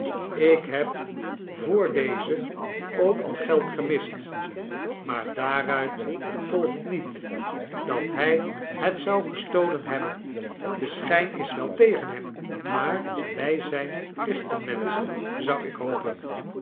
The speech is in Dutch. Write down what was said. ik heb voordeze ook al geld gemist maar daaruit volgt niet dat hij het zou gestolen hebben de schijn is wel tegen hem maar wij zijn christenmenschen zou ik hopen